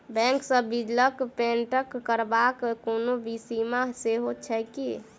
Bank सँ बिलक payment करबाक कोनो सीमा सेहो छैक की?